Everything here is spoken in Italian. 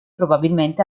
probabilmente